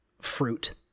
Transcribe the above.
fruit